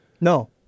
No